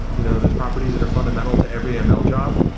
you know those properties that are fundamental to every ml job,